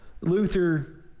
Luther